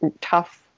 tough